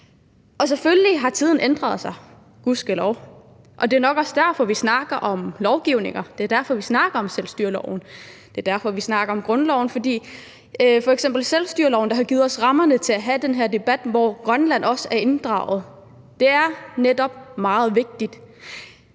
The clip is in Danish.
Selvfølgelig har tiden ændret sig, gudskelov, og det er nok også derfor, vi snakker om lovgivning; det er derfor, vi snakker om selvstyreloven; det er derfor, vi snakker om grundloven. F.eks. er selvstyreloven, der har givet os rammerne for at have den her debat, hvor Grønland også er inddraget, netop meget vigtig,